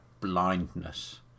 blindness